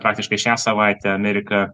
faktiškai šią savaitę amerika